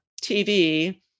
TV